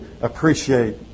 appreciate